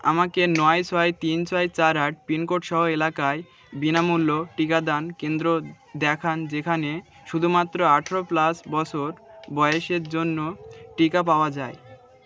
আমাকে নয় ছয় তিন ছয় চার আট পিনকোডসহ এলাকায় বিনামূল্য টিকাদান কেন্দ্র দেখান যেখানে শুধুমাত্র আঠারো বছর বয়সের জন্য টিকা পাওয়া যায়